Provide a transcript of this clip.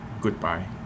Goodbye